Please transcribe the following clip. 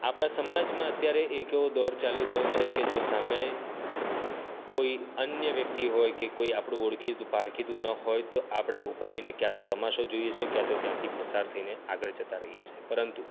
આપણા સમાજમાં અત્યારે એક એવો દોર ચાલી રહ્યો છે કે જો સામે કોઈ અન્ય વ્યક્તિ હોય કે કોઇ આપણું ઓળખીતું પારખીતું ન હોય તો આપણે ઊભા રહીને કયાં તો તમાશો જોઈએ છે કયાં તો ત્યાંથી પસાર થઈને આગળ જતા રહીએ છે પરંતુ